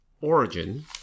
Origin